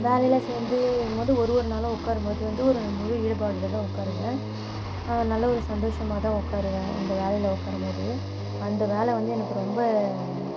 வேலையில் சேர்ந்து போது ஒரு ஒரு நாளும் உக்காரும் போது வந்து ஒரு முழு ஈடுபாடோடு தான் உக்காருவேன் நல்ல ஒரு சந்தோஷமாக தான் உக்காருவேன் இந்த வேலையில் உக்காரும் போது அந்த வேலை வந்து எனக்கு ரொம்ப